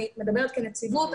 אני מדברת כנציבות,